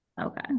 okay